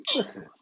Listen